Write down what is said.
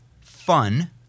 fun